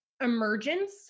emergence